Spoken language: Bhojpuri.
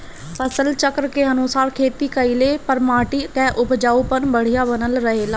फसल चक्र के अनुसार खेती कइले पर माटी कअ उपजाऊपन बढ़िया बनल रहेला